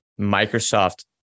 Microsoft